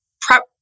prep